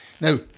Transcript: now